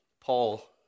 Paul